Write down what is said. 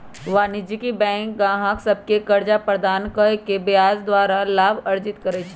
वाणिज्यिक बैंक गाहक सभके कर्जा प्रदान कऽ के ब्याज द्वारा लाभ अर्जित करइ छइ